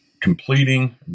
completing